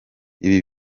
ibi